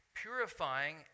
Purifying